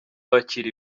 wakira